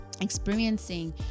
experiencing